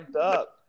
up